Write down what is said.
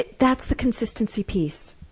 that's the consistency piece.